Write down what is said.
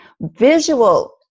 visual